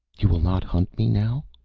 you will not hunt me now?